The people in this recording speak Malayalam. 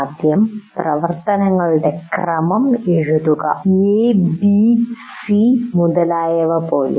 ആദ്യം പ്രവർത്തനങ്ങളുടെ ക്രമം എഴുതുകa b c മുതലായവ പോലെ